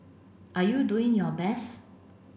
are you doing your best